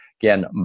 again